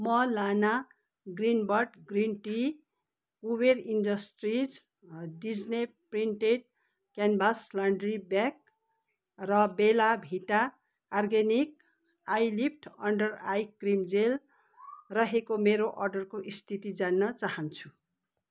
म लाना Greenbird green tea Kuber industries Disney printed canvas laundry bag र बेला भिटा organic eyelift under eye cream gel रहेको मेरो अर्डरको स्थिति जान्न चाहन्छु